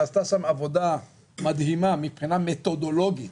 נעשתה שם עבודה מדהימה מבחינה מתודולוגית.